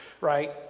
right